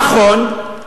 נכון,